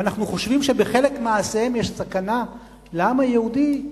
ואנחנו חושבים שבחלק ממעשיהם יש סכנה לעם היהודי,